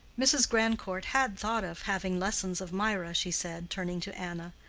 mrs. grandcourt had thought of having lessons of mirah, she said turning to anna.